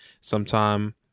sometime